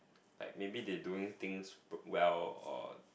like maybe they doing things pr~ well or